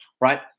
right